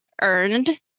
earned